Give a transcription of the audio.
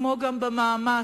כמו במאמץ,